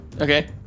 Okay